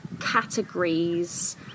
categories